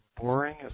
boring